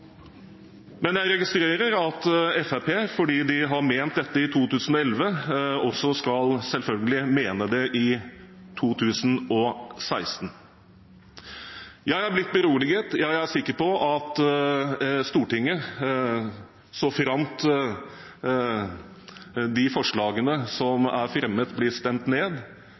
Men jeg registrerer at Fremskrittspartiet, fordi de har ment dette i 2011, også selvfølgelig skal mene det i 2016. Jeg er blitt beroliget. Jeg er sikker på at vi nå – såframt de forslagene som er fremmet, blir stemt ned